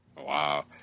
Wow